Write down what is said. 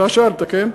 אתה שאלת, כן?